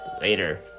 later